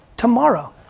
tomorrow,